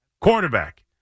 Quarterback